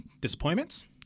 disappointments